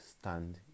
stand